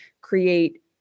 create